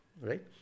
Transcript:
Right